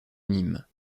nîmes